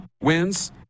wins